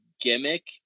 gimmick